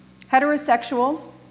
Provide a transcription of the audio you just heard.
heterosexual